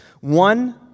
One